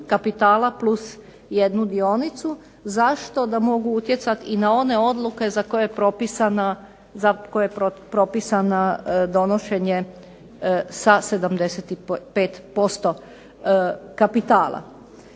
plus jednu dionicu. Zašto? Da mogu utjecati i na one odluke za koje je propisana donošenje sa 75% kapitala.